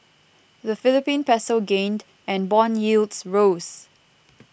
the Philippine Peso gained and bond yields rose